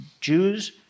Jews